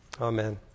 Amen